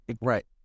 Right